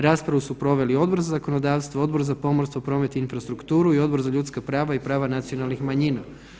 Raspravu su proveli Odbor za zakonodavstvo, Odbor za pomorstvo, promet i infrastrukturu i Odbor za ljudska prava i prava nacionalnih manjina.